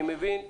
אני מבין.